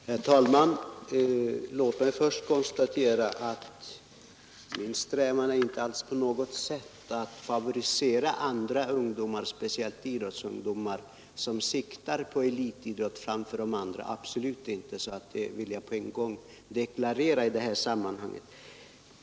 Herr talman! Låt mig först konstatera att jag inte på något sätt strävar efter att favorisera speciellt idrottsungdomar, som siktar på elitidrott, framför andra ungdomar, absolut inte. Det vill jag på en gång deklarera i det här sammanhanget.